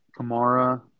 Kamara